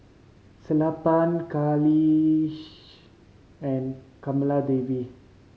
Sellapan Kailash and Kamaladevi